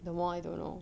the more I don't know